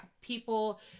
people